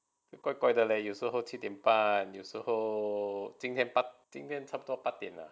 they 怪怪的 leh 有时候七点半有时候今天八今天差不多八点 lah